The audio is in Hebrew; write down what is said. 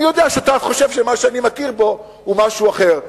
אני יודע שאתה חושב שמה שאני מכיר בו הוא משהו אחר.